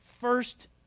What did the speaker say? first